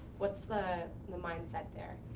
what's the, the mindset there?